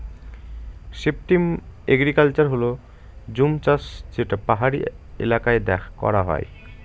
shifting agriculture হল জুম চাষ যেটা পাহাড়ি এলাকায় করা হয়